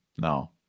No